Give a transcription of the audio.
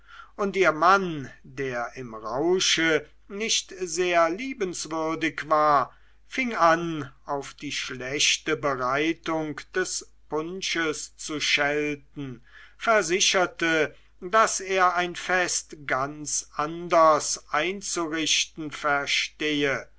und ihr mann der im rausche nicht sehr liebenswürdig war fing an auf die schlechte bereitung des punsches zu schelten versicherte daß er ein fest ganz anders einzurichten verstehe